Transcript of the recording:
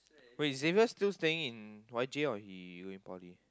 wait Xavier still saying in Y_J or he going poly